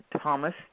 Thomas